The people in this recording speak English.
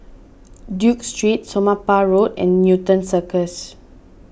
Duke Street Somapah Road and Newton Circus